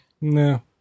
No